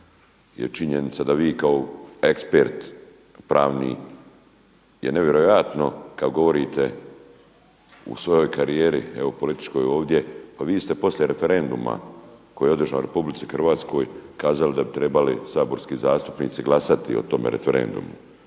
je činjenica da vi kao ekspert pravni je nevjerojatno kad govorite u svojoj karijeri evo političkoj ovdje, pa vi ste poslije referenduma koji je održan u Republici Hrvatskoj kazali da bi trebali saborski zastupnici glasati o tome referendumu.